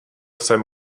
jsem